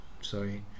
sorry